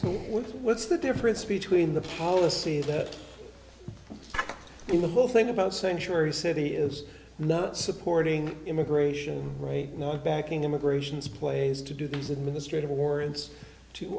what what's the difference between the policies that in the whole thing about sanctuary city is not supporting immigration right now backing immigrations plays to do these administrative warrants to